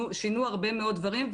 שינו הרבה מאוד דברים,